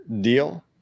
deal